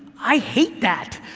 i hate that.